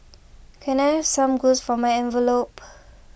can I have some glues for my envelopes